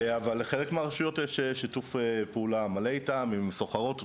אבל לחלק מהרשויות יש שיתוף פעולה מלא איתנו,